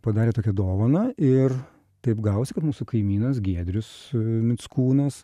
padarė tokią dovaną ir taip gavosi kas mūsų kaimynas giedrius mickūnas